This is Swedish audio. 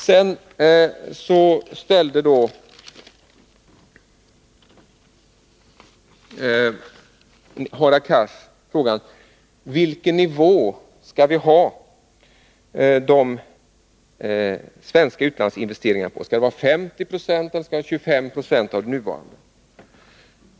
Hadar Cars ställde frågan vilken nivå de svenska utlandsinvesteringarna skall ligga på, 50 eller 25 96 av de nuvarande?